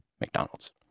McDonald's